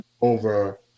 over